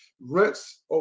rents